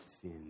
sin